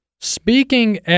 speaking